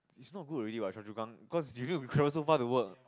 is not good already what Choa Chu Kang cause you need to travel so far to work